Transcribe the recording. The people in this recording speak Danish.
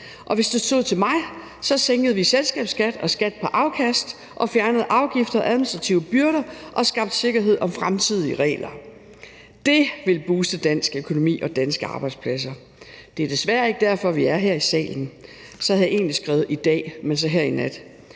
Hvis det stod til mig, sænkede vi selskabsskat og skat på afkast og fjernede afgifter og administrative byrder og skabte sikkerhed om fremtidige regler. Det ville booste dansk økonomi og danske arbejdspladser. Det er desværre ikke derfor, vi er her i salen, jeg havde egentlig skrevet i dag, men må sige her i nat.